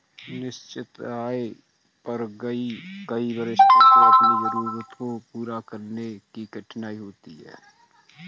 निश्चित आय पर कई वरिष्ठों को अपनी जरूरतों को पूरा करने में कठिनाई होती है